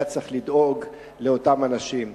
היה צריך לדאוג לאותם אנשים.